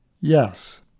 Yes